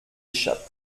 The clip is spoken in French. échappe